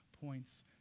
points